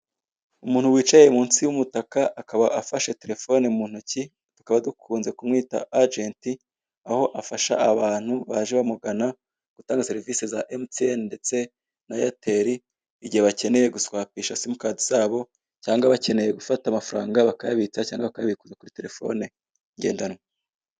Umuntu wicaye munsi y'umutaka akaba afashe terefone mu ntoki tukaba dukunze kumwita agenti aho afasha abantu baje bamugana gutanga serivise za MTN ndetse na eyateli igihe bakenye guswapisha simukadi zabo cyangwa bakeneye gufata amafaranga bakayabitse cyangwa bakayabikuza kuri terefone zabo ngendanwa.